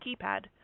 keypad